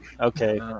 okay